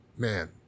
man